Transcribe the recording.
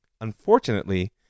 Unfortunately